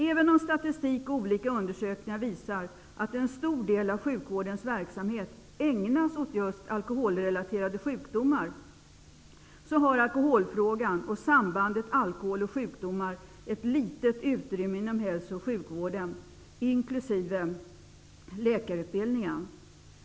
Även om statistik och olika undersökningar visar att en stor del av sjukvårdens verksamhet ägnas åt just alkoholrelaterade sjukdomar har alkoholfrågan och sambandet alkohol och sjukdomar ett litet utrymme inom hälso och sjukvården inkl. läkarutbildningen.